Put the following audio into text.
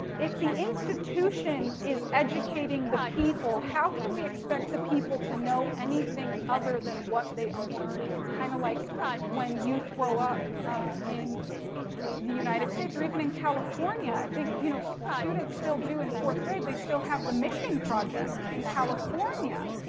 if the institution is educating the people, how can we expect the people to know anything anything other than what they are learning? it's kind of like when youth grow up in the united states or even in california, i think, you know, students still do, in fourth grade, they still have the mission project in california.